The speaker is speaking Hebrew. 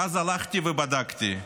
ואז הלכתי ובדקתי,